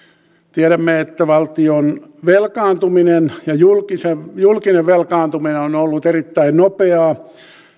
tiedämme että valtion velkaantuminen ja julkinen velkaantuminen on ollut erittäin nopeaa